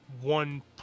one